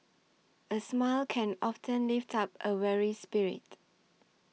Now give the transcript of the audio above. a smile can often lift up a weary spirit